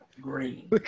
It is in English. green